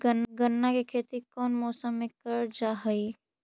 गन्ना के खेती कोउन मौसम मे करल जा हई?